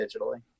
digitally